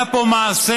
היה פה מעשה